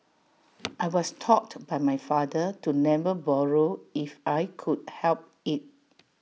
I was taught by my father to never borrow if I could help IT